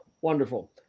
wonderful